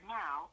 now